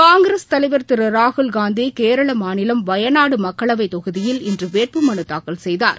காங்கிரஸ் தலைவர் திருராகுல் காந்திகேரளமாநிலம் வயநாடுமக்களவைதொகுதியில் இன்றவேட்பு மனுதாக்கல் செய்தாா்